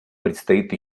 предстоит